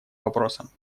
вопросом